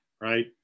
right